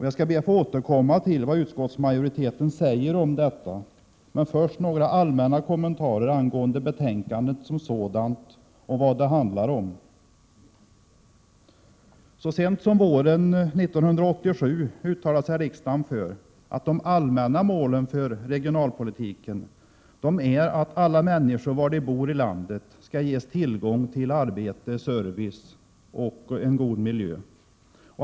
Jag skall be att få återkomma till vad utskottsmajoriteten säger om detta, men låt mig först göra några allmänna kommentarer angående det som själva betänkandet handlar om. Så sent som våren 1987 uttalade riksdagen att de allmänna målen för regionalpolitiken är att alla människor, var de än bor i landet, skall ges tillgång till arbete, service och en god miljö.